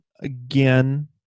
again